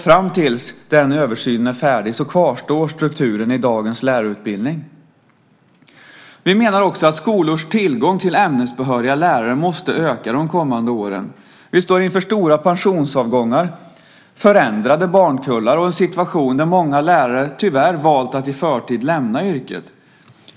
Fram till det att den översynen är färdig kvarstår strukturen i dagens lärarutbildning. Vi menar också att skolors tillgång till ämnesbehöriga lärare måste öka de kommande åren. Vi står inför stora pensionsavgångar, förändrade barnkullar och en situation där många lärare tyvärr valt att i förtid lämna yrket.